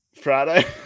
Friday